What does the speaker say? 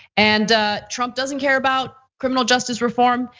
and trump doesn't care about criminal justice reform.